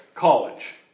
college